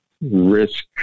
risk